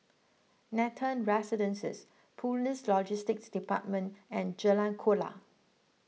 Nathan Residences Police Logistics Department and Jalan Kuala